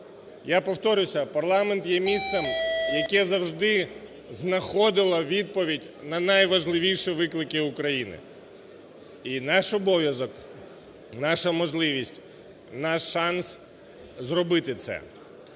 Я повторюся, парламент є місцем, яке завжди знаходило відповідь на найважливіші виклики України. І наш обов'язок, наша можливість, наш шанс зробити це.